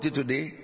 today